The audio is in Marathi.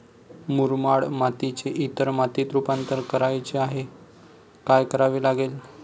मुरमाड मातीचे इतर मातीत रुपांतर करायचे आहे, काय करावे लागेल?